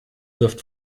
wirft